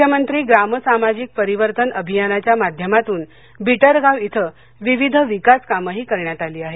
मुख्यमंत्री ग्राम सामाजिक परिवर्तन अभियानच्या माध्यमातून बिटरगाव इथं विविध विकासकामंही करण्यात आली आहेत